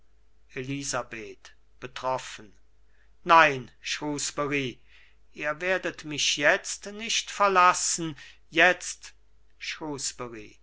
elisabeth betroffen nein shrewsbury ihr werdet mich jetzt nicht verlassen jetzt